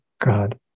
God